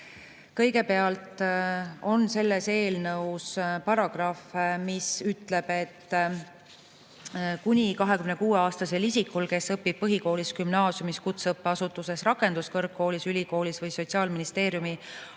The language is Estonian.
Kõigepealt, selles eelnõus on paragrahv, mis ütleb, et kuni 26-aastasel isikul, kes õpib põhikoolis, gümnaasiumis, kutseõppeasutuses, rakenduskõrgkoolis, ülikoolis või Sotsiaalministeeriumi